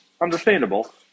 understandable